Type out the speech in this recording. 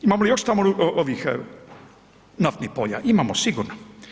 Imamo li još tamo ovih naftnih polja, imamo sigurno.